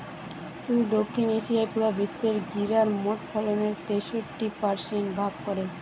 শুধু দক্ষিণ এশিয়াই পুরা বিশ্বের জিরার মোট ফলনের তেষট্টি পারসেন্ট ভাগ করে